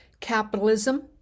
capitalism